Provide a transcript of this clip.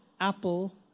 Apple